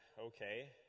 okay